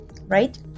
right